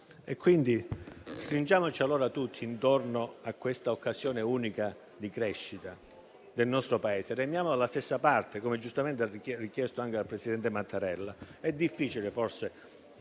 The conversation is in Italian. stringiamoci tutti intorno a questa occasione unica di crescita del nostro Paese. Restiamo dalla stessa parte, come giustamente richiesto anche dal presidente Mattarella. È difficile forse